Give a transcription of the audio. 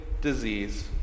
disease